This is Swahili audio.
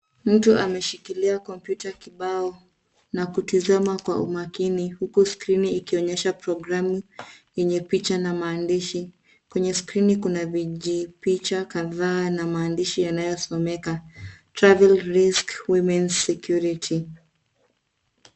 Mtu ameshikilia komputa kibao na kutizama kwa umakini huku skrini ikionyesha programu yenye picha na maandishi. Kwenye skrini kuna vijipicha kadhaa na maandishi yanayo someka Travel risk women security .